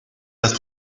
las